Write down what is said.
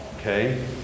okay